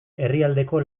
herrialdeko